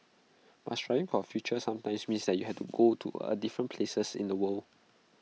but striving for A future sometimes means that you will have to go to A different places in the world